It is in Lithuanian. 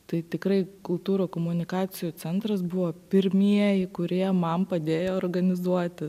tai tikrai kultūrų komunikacijų centras buvo pirmieji kurie man padėjo organizuoti